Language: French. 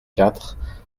quatre